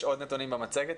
יש עוד נתונים במצגת,